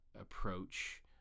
approach